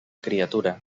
criatura